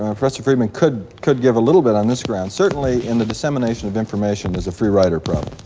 professor friedman could could give a little bit on this ground. certainly in the dissemination of information there's a free rider problem.